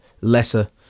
lesser